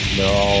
no